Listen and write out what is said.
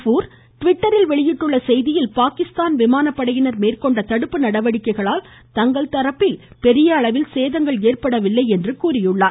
பூர் ட்விட்டரில் சேவை வெளியிட்டுள்ள செய்தியில் பாகிஸ்தான் விமானப்படையினர் மேற்கொண்ட தடுப்பு நடவடிக்கைகளால் தங்கள் தரப்பில் பெரிய அளவில் சேதங்கள் ஏற்படவில்லை என்று தெரிவித்துள்ளார்